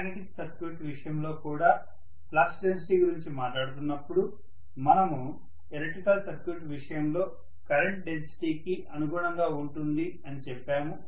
magnetic circuit విషయంలో కూడా flux density గురించి మాట్లాడుతున్నప్పుడు మనము ఎలక్ట్రికల్ సర్క్యూట్ విషయంలో కరెంట్ డెన్సిటీ కి అనుగుణంగా ఉంటుంది అని చెప్పాము